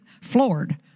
floored